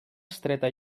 estreta